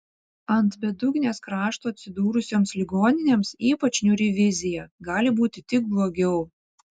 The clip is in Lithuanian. ant bedugnės krašto atsidūrusioms ligoninėms ypač niūri vizija gali būti tik blogiau